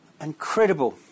incredible